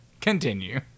Continue